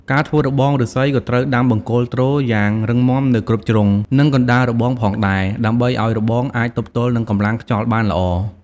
ការធ្វើរបងឬស្សីក៏ត្រូវដាំបង្គោលទ្រយ៉ាងរឹងមាំនៅគ្រប់ជ្រុង និងកណ្ដាលរបងផងដែរ ដើម្បីឱ្យរបងអាចទប់ទល់នឹងកម្លាំងខ្យល់បានល្អ។